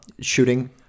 shooting